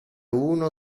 uno